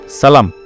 salam